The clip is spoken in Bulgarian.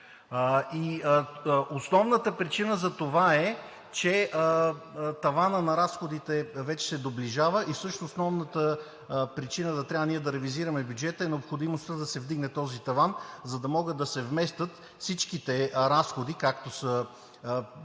Основната причина за това е, че таванът на разходите вече се доближава и всъщност основната причина да трябва ние да ревизираме бюджета, е необходимостта да се вдигне този таван, за да могат да се вместят всичките разходи, както са